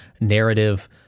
narrative